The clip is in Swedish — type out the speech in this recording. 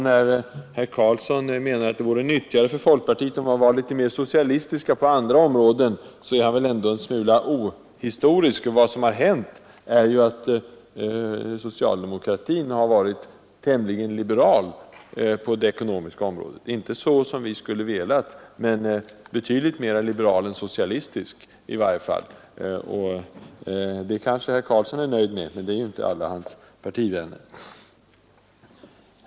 När herr Karlsson menade att det vore nyttigare för folkpartiet om vi var litet mer socialistiska på andra områden, var han väl ändå en smula ohistorisk. Vad som har hänt är ju att socialdemokratin varit tämligen liberal på det ekonomiska området — inte så liberal som vi skulle ha önskat men betydligt mera liberal än socialistisk i varje fall. Det kanske herr Karlsson är nöjd med, men det är inte alla hans partivänner.